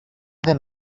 δεν